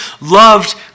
loved